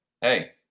hey